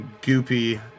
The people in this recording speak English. goopy